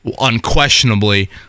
unquestionably